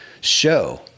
show